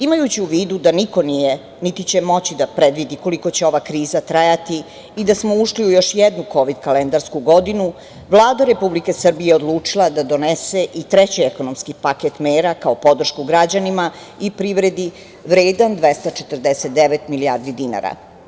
Imajući u vidu da niko nije, niti će moći da predvidi koliko će ova kriza trajati i da smo ušli u još jednu kovid kalendarsku godinu, Vlada Republike Srbije je odlučila da donese i treći ekonomski paket mera kao podršku građanima i privredi vredan 249 milijardi dinara.